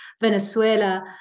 Venezuela